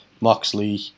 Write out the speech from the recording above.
Moxley